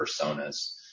personas